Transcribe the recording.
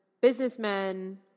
businessmen